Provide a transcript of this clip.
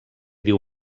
diu